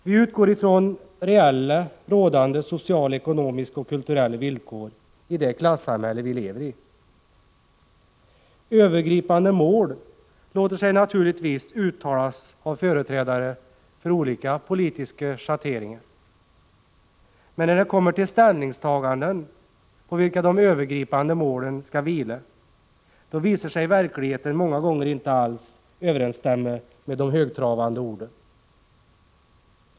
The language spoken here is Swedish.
Vi utgår från reella rådande sociala, ekonomiska och kulturella villkor i det klassamhälle vi lever i. Övergripande mål låter sig naturligtvis uttalas av företrädare för olika politiska schatteringar, men när det kommer till ställningstaganden på vilka de övergripande målen skall vila, visar sig verkligheten många gånger inte alls överensstämma med de högtravande orden.